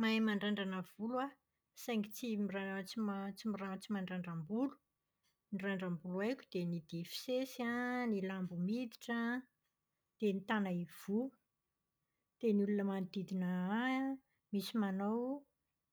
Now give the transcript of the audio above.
Mahay mandrandrana volo aho saingy tsy tsy mandrandram-bolo. Ny randram-bolo haiko dia ny difisesy an, ny lambo miditra, dia ny tana ivoho. Dia ny olona manodidina ahy an, misy manao